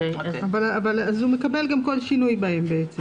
אז הוא מקבל גם כל שינוי בהם בעצם.